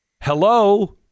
Hello